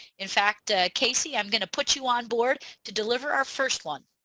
in fact ah casey i'm gonna put you on board to deliver our first one.